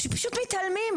שפשוט מתעלמים ממנה.